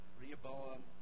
Rehoboam